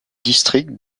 district